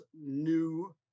new